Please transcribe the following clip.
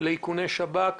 לאיכוני שב"כ,